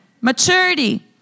Maturity